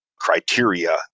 criteria